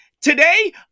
Today